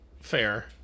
fair